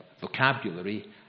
vocabulary